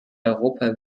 europa